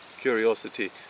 curiosity